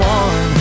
one